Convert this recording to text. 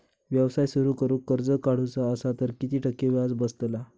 व्यवसाय सुरु करूक कर्ज काढूचा असा तर किती टक्के व्याज बसतला?